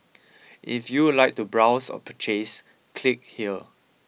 if you would like to browse or purchase click here